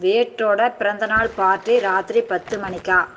வியட்டோடய பிறந்தநாள் பார்ட்டி இராத்திரி பத்து மணிக்கா